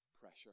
pressure